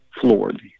floored